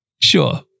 Sure